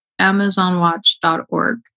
Amazonwatch.org